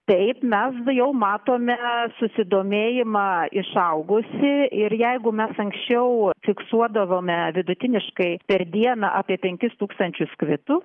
taip mes jau matome susidomėjimą išaugusį ir jeigu mes anksčiau fiksuodavome vidutiniškai per dieną apie penkis tūkstančius kvitų